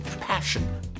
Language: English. passion